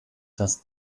das